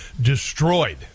destroyed